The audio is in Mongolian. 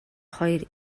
хоёр